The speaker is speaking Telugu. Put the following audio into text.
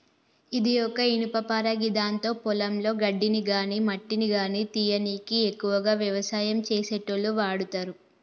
ఇది ఒక ఇనుపపార గిదాంతో పొలంలో గడ్డిని గాని మట్టిని గానీ తీయనీకి ఎక్కువగా వ్యవసాయం చేసేటోళ్లు వాడతరు